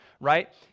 right